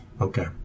Okay